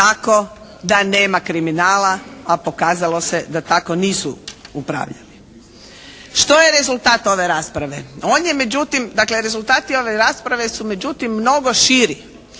da nema kriminala, a pokazalo se da tako nisu upravljali. Što je rezultat ove rasprave? On je međutim, dakle rezultati ove rasprave su međutim mnogo širi